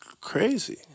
crazy